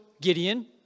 Gideon